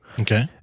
Okay